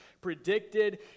predicted